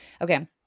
Okay